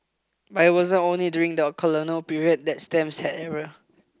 but it wasn't only during the colonial period that stamps had errors